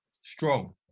strong